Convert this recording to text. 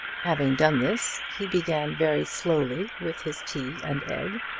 having done this, he began very slowly with his tea and egg.